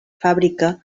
fàbrica